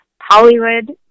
Hollywood